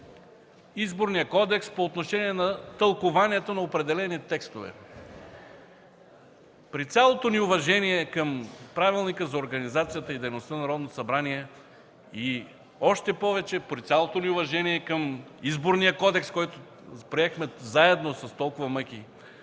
Изборния кодекс по отношение на тълкуванията на определени текстове. При цялото ни уважение към Правилника за организацията и дейността на Народното събрание, и още повече – при цялото ни уважение към Изборния кодекс, който приехме заедно, с толкова мъки,